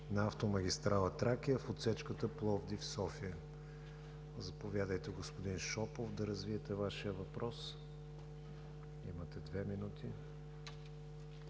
на автомагистрала „Тракия“ в отсечката Пловдив – София. Заповядайте, господин Шопов, да развиете Вашия въпрос. Имате две минути.